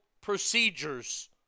procedures